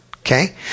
Okay